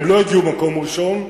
הם לא הגיעו למקום ראשון,